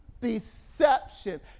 deception